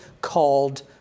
called